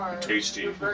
Tasty